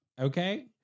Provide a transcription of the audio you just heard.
okay